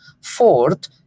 Fourth